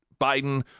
Biden